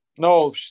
No